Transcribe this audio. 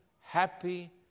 happy